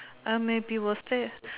I maybe will stay